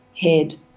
head